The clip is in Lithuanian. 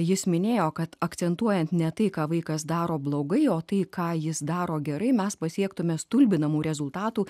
jis minėjo kad akcentuojant ne tai ką vaikas daro blogai o tai ką jis daro gerai mes pasiektumėme stulbinamų rezultatų